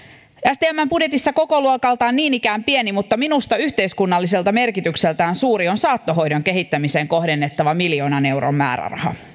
stmn budjetissa kokoluokaltaan niin ikään pieni mutta minusta yhteiskunnalliselta merkitykseltään suuri on saattohoidon kehittämiseen kohdennettava miljoonan euron määräraha